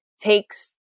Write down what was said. takes